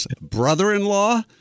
brother-in-law